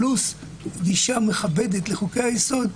פלוס גישה מכבדת לחוקי היסוד,